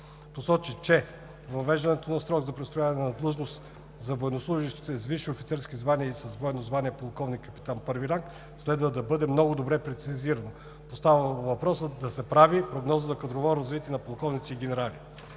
Посочи, че въвеждането на срок за престояване на длъжност за военнослужещите с висши офицерски звания и с военно звание „полковник“ („капитан І ранг“) следва да е много добре прецизирано. Постави въпроса да се прави прогноза за кадровото развитие на полковниците и генералите.